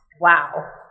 Wow